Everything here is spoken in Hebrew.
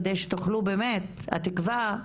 כדי שתוכלו באמת והתקווה היא,